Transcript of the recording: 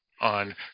on